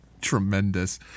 Tremendous